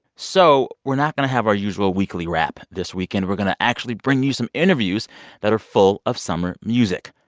so we're not going to have our usual weekly wrap this weekend. we're going to actually bring you some interviews that are full of summer music.